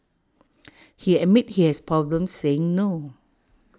he admits he has problems saying no